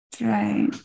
Right